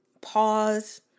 pause